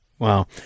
Wow